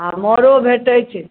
आ मारो भेटैत छै